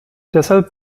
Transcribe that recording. deshalb